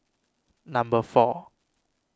number four